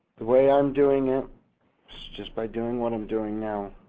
the way i'm doing it is just by doing what i'm doing now.